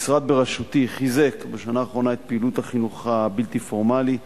המשרד בראשותי חיזק בשנה האחרונה את פעילות החינוך הבלתי פורמלי,